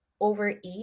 overeat